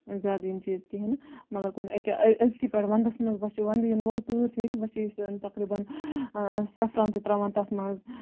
زیاد یِم چیٖز کِہیٖنی نہٕ مگر کُنہِ أکیاہ أزکہِ پیٚٹھِ وَندَس وۄنۍ چھُ وَندٕ یِنہٕ وول تۭر چھ ییٚتہِ وۄنۍ چھِ أسۍ تَقریباً سیفران تہٕ تراوان تتھ مَنٛز